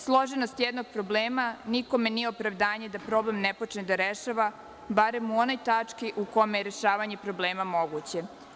Složenost jednog problema nikome nije opravdanje da problem ne počne da rešava, barem u onoj tački u kome rešavanje problema moguće.